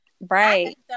right